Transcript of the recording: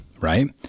right